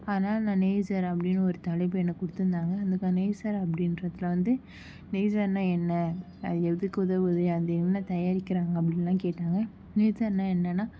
அதனால் நான் நேஸர் அப்படின்னு ஒரு தலைப்பை எனக்கு கொடுத்துருந்தாங்க அந்த க நேஸர் அப்படின்றதுல வந்து நேஸர்னால் என்ன அது எதுக்கு உதவுது அது என்ன தயாரிக்கிறாங்க அப்படின்லாம் கேட்டாங்க நேஸர்னால் என்னன்னால்